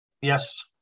Yes